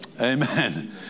Amen